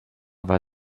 war